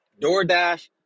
DoorDash